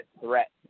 threat